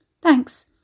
Thanks